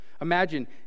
Imagine